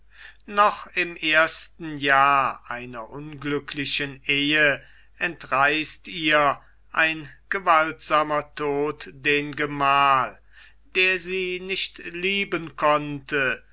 noch im ersten jahr einer unglücklichen ehe entreißt ihr ein gewaltsamer tod den gemahl der sie nicht lieben konnte